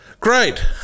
Great